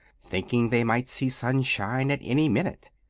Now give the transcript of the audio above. thinking they might see sunshine at any minute.